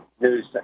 news